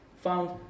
Found